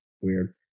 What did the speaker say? weird